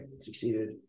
succeeded